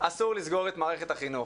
אסור לסגור את מערכת החינוך.